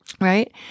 right